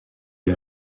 est